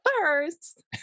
first